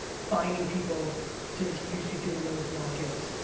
finding people to introduce you to in those markets.